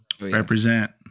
Represent